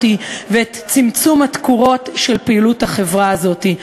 ואת צמצום התקורות של פעילות החברה הזאת.